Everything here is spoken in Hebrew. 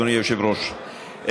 אדוני היושב-ראש,